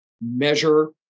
measure